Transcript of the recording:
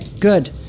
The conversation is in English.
Good